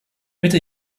mitte